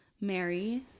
mary